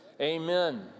amen